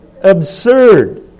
absurd